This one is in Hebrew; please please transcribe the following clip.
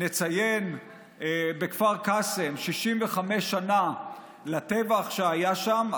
נציין בכפר קאסם 65 שנה לטבח שהיה שם,